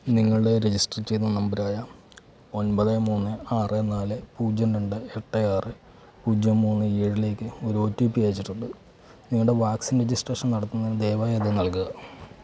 നിങ്ങളുടെ രജിസ്റ്റർ ചെയ്ത നമ്പറായ ഒൻപത് മൂന്ന് ആറ് നാല് പൂജ്യം രണ്ട് എട്ട് ആറ് പൂജ്യം മൂന്ന് ഏഴിലേക്ക് ഒരു ഒ ടി പി അയച്ചിട്ടുണ്ട് നിങ്ങളുടെ വാക്സിൻ രജിസ്ട്രേഷൻ നടത്തുന്നതിന് ദയവായി അത് നൽകുക